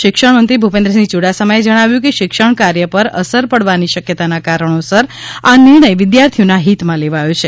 શિક્ષણમંત્રી ભૂપેન્દ્રસિંહ યુડાસમાએ જણાવ્યુ છે કે શિક્ષણ કાર્ય પર અસર પડવાની શકયતાના કારણોસર આ નિર્ણય વિદ્યાર્થીઓના હિતમાં લેવાયો છે